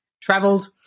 traveled